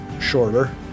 shorter